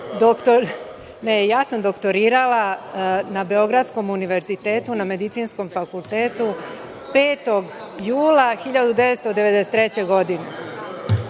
da sam doktorirala na Beogradskom univerzitetu na Medicinskom fakultetu 5. jula 1993. godine.